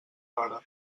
hora